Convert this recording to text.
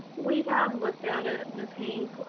we have looked at it, ms. haynes,